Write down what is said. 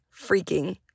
freaking